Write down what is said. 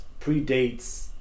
predates